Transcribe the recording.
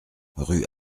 rue